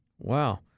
Wow